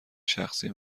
شخصی